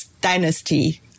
dynasty